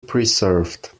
preserved